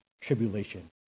tribulation